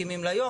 מקימים לה יום,